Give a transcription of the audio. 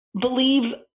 believe